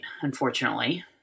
unfortunately